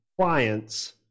clients